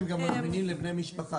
הם מזמינים גם לבני המשפחה.